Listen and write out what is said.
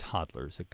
Toddlers